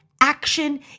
action